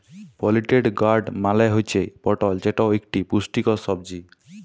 পলিটেড gourd মালে হুচ্যে পটল যেটি ইকটি পুষ্টিকর সবজি